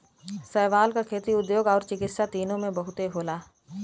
शैवाल क खेती, उद्योग आउर चिकित्सा तीनों में बहुते होला